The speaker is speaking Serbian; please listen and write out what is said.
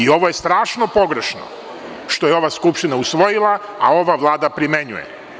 Ovo je strašno pogrešno što je ova Skupština usvojila, a ova Vlada primenjuje.